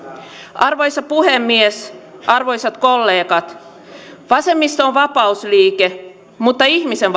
arvoisa puhemies arvoisat kollegat vasemmisto on vapausliike mutta ihmisen